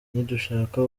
ntidushaka